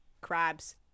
Crabs